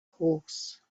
horse